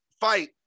fight